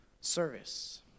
service